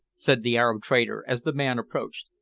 said the arab trader, as the man approached.